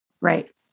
Right